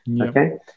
Okay